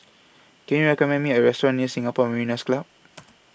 Can YOU recommend Me A Restaurant near Singapore Mariners' Club